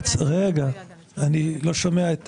אני לא שומע.